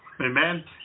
Amen